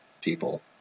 people